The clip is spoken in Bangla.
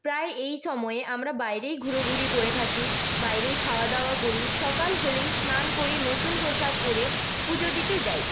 প্রায় এই সময়ে আমরা বাইরেই ঘোরাঘুরি করে থাকি বাইরেই খাওয়া দাওয়া করি সকাল হলেই স্নান করে নতুন পোশাক পরে পুজো দিতে যাই